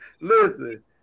Listen